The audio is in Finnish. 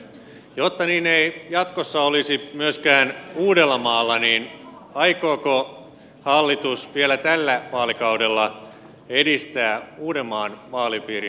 jotta niin ei jatkossa olisi myöskään uudellamaalla niin aikooko hallitus vielä tällä vaalikaudella edistää uudenmaan vaalipiirin jakamista